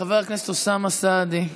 חבר הכנסת אוסאמה סעדי.